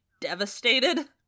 devastated